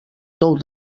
tou